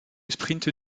sprint